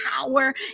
power